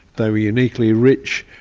they were uniquely rich,